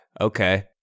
okay